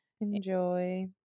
Enjoy